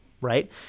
right